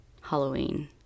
Halloween